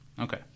Okay